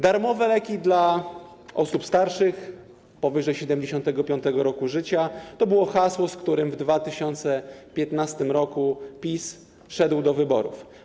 Darmowe leki dla osób starszych powyżej 75. roku życia - to było hasło, z którym w 2015 r. PiS szedł do wyborów.